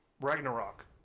Ragnarok